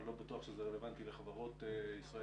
אני לא בטוח שזה רלוונטי לחברות ישראליות.